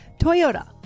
Toyota